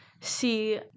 see